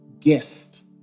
Guest